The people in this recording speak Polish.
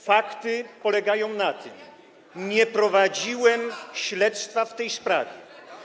fakty polegają na tym, że nie prowadziłem śledztwa w tej sprawie.